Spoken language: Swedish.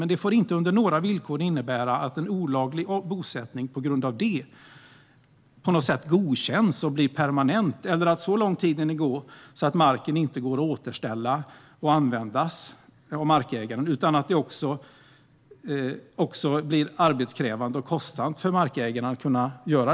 Men det får inte på några villkor innebära att en olaglig bosättning på grund av detta godkänns och blir permanent eller att så lång tid hinner gå att marken inte går att återställa och användas utan att också det blir arbetskrävande och kostsamt för markägaren.